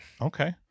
Okay